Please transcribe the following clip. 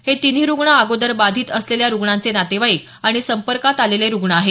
हे तिन्ही रूग्ण अगोदर बाधित असलेल्या रूग्णांचे नातेवाईक आणि संपर्कात आलेले रूग्ण आहेत